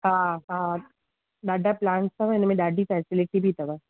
हा हा ॾाढा प्लांस अथव इनमें ॾाढी फैसिलिटी बि अथव